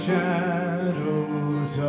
shadows